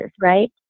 right